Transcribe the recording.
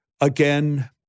again